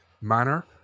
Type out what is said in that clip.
manner